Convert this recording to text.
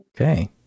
Okay